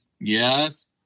Yes